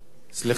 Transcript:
בבקשה, אדוני.